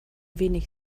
wenig